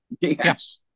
yes